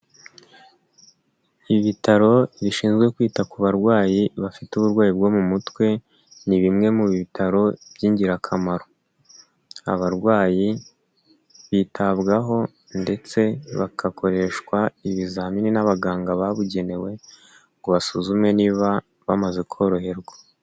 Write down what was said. Ibitaro bishinzwe kwita ku barwayi bafite uburwayi bwo mu mutwe ni bimwe mu bitaro by'ingirakamaro abarwayi bitabwaho ndetse bagakoreshwa ibizamini n'abaganga babugenewe ngo basuzume niba bamaze koroherwa.